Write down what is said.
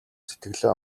сэтгэлээ